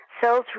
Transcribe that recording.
cells